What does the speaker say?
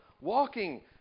Walking